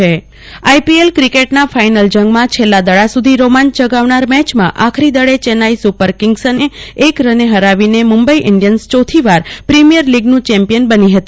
કલ્પના Shah IPL cricket final માં જંગ માં છેલ્લા દડા સુધી રોમાંચ જણાવનાર મેચમાં આખરી દડે ચેન્નાઈ સુપરકિંગ્સને એક રને ફરાવી ને મુંબઈ ઇન્ડિયન્સ ચોથીવાર પ્રીમિયન લીગ નું ચેમ્પિયન બની ફતી